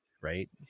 right